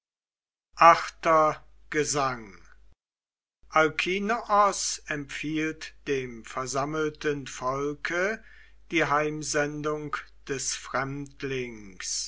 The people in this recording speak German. viii gesang alkinoos empfiehlt dem versammelten volke die heimsendung des fremdlings